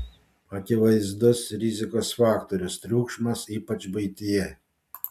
akivaizdus rizikos faktorius triukšmas ypač buityje